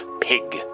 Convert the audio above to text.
PIG